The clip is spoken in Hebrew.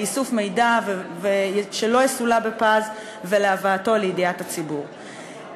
באיסוף מידע שלא יסולא בפז ולהבאתו לידיעת הציבור.